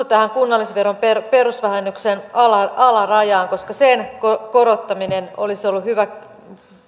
tähän kunnallisveron perusvähennyksen alarajaan koska sen korottaminen olisi hyvä